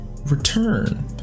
return